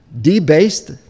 debased